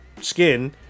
skin